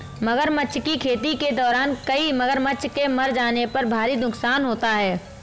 मगरमच्छ की खेती के दौरान कई मगरमच्छ के मर जाने पर भारी नुकसान होता है